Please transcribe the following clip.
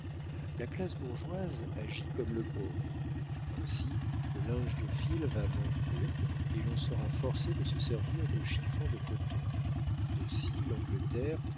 la classe bourgeoise agit comme le pauvre ainsi le linge de fil va manquer et l'on sera forcé de se servir de chiffons de coton aussi l'angleterre